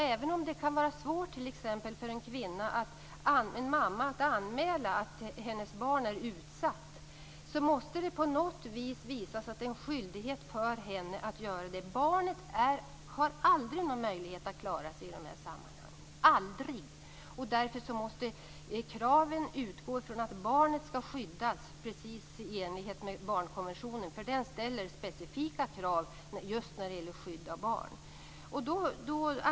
Även om det kan vara svårt för en mamma att anmäla att hennes barn är utsatt, måste det framgå att mamman har en skyldighet att göra det. Barnet har aldrig någon möjlighet att klara sig i dessa sammanhang. Aldrig! Därför måste kraven utgå från att barnet måste skyddas - precis i enlighet med barnkonventionen. Den ställer specifika krav just när det gäller skydd av barn.